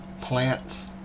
plants